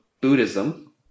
Buddhism